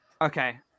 Okay